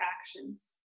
actions